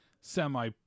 semi